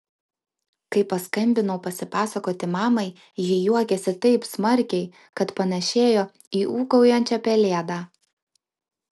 kai paskambinau pasipasakoti mamai ji juokėsi taip smarkiai kad panašėjo į ūkaujančią pelėdą